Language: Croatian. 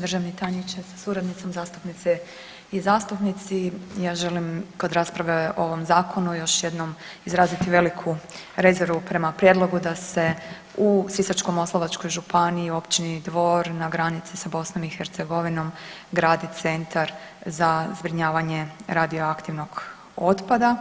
Državni tajniče sa suradnicom, zastupnice i zastupnici ja želim kod rasprave o ovom zakonu još jednom izraziti veliku rezervu prema prijedlogu da se u Sisačko-moslavačkoj županiji, općini Dvor na granici sa BiH gradi centar za zbrinjavanje radioaktivnog otpada